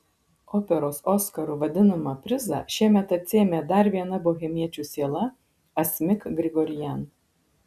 operos oskaru vadinamą prizą šiemet atsiėmė dar viena bohemiečių siela asmik grigorian